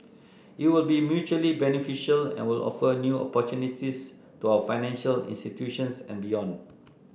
it will be mutually beneficial and will offer new opportunities to our financial institutions and beyond